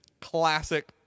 classic